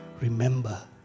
remember